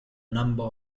number